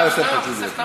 מה יותר חשוב?